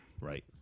Right